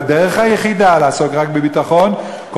והדרך היחידה לעסוק רק בביטחון היא